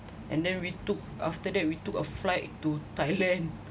and then we took after that we took a flight to thailand